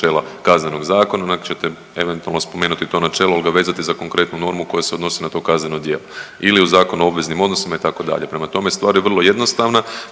načela Kaznenog zakona, nego ćete eventualno spomenuti to načelo ili ga vezati za konkretnu normu koja se odnosi na to kazneno djelo ili u Zakonu o obveznim odnosima itd. Prema tome, stvar je vrlo jednostavna,